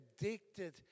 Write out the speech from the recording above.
addicted